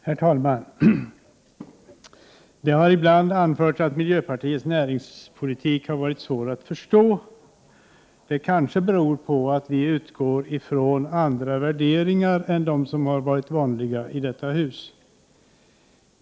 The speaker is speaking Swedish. Herr talman! Det har ibland anförts att miljöpartiets näringspolitik har varit svår att förstå. Det beror kanske på att vi utgår från andra värderingar än dem som varit vanliga i detta hus.